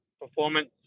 Performance